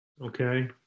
Okay